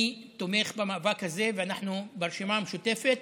אני תומך במאבק הזה, ואנחנו ברשימה המשותפת